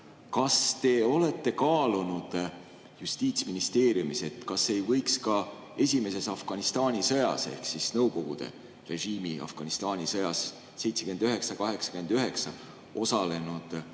Kas te olete kaalunud Justiitsministeeriumis, kas ei võiks ka esimeses Afganistani sõjas ehk Nõukogude režiimi Afganistani sõjas 1979–1989 osalenuid